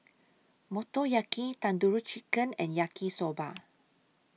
Motoyaki Tandoori Chicken and Yaki Soba